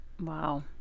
Wow